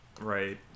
right